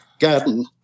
garden